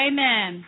Amen